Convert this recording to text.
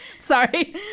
Sorry